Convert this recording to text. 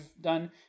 done